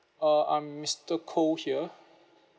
uh I'm mister koh here